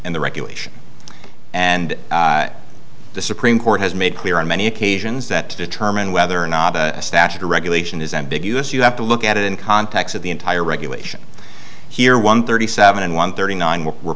in the regulation and the supreme court has made clear on many occasions that to determine whether or not a statute or regulation is ambiguous you have to look at it in context of the entire regulation here one thirty seven and one thirty nine w